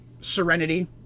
Serenity